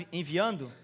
enviando